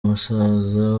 musaza